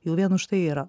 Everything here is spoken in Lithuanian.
jau vien už tai yra